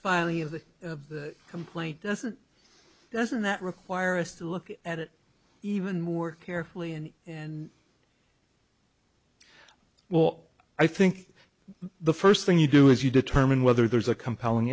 filing of the complaint doesn't doesn't that require us to look at it even more carefully and and well i think the first thing you do is you determine whether there's a compelling